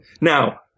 Now